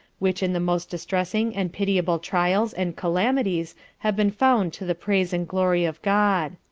which in the most distressing and pitiable trials and calamities have been found to the praise and glory of god.